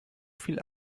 viel